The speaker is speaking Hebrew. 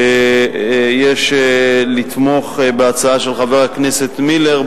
שיש לתמוך בהצעה של חבר הכנסת מילר,